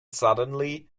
suddenly